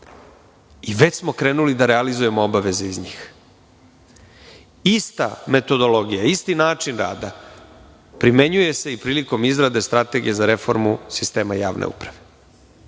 Već smo krenuli da realizujemo obaveze iz njih. Ista metodologija, isti način rada, primenjuje se i prilikom izrade strategije za reformu sistema javne uprave.